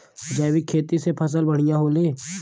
जैविक खेती से फसल बढ़िया होले